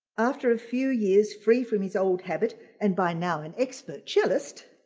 after a few years free from his old habit and by now an expert cellist,